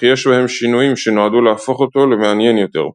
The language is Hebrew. יש בהם שינויים שנועדו להפוך אותו למעניין יותר.